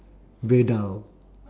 beardile